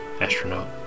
Astronaut